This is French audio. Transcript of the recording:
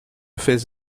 fais